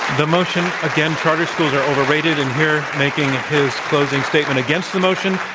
the motion, again, charter schools are overrated. and here making his closing statement against the motion,